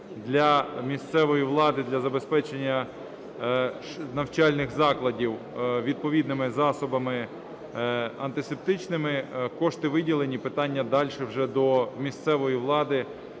для місцевої влади для забезпечення навчальних закладів відповідними засобами антисептичними. Кошти виділені. Питання дальше вже до місцевої влади,